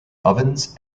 ovens